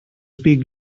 speak